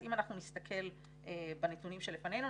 אם אנחנו נסתכל בנתונים שלפנינו,